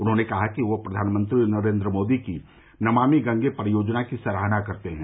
उन्होंने कहा कि वह प्रधानमंत्री नरेंद्र मोदी की नमामि गंगे परियोजना की सराहना करते हैं